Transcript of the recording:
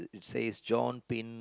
says John Pin